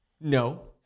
No